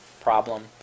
problem